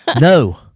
No